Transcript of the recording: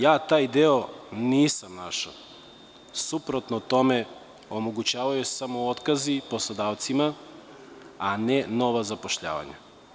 Ja taj deo nisam našao, suprotno tome omogućavaju se samo otkazi poslodavcima, a ne nova zapošljavanja.